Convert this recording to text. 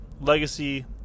legacy